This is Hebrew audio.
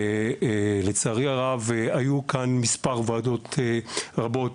לצערי הרב היו כאן מספר ועדות רבות